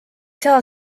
saa